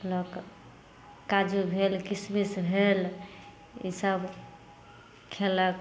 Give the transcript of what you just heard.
लोक काजू भेल किशमिश भेल ई सब खेलक